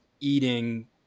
eating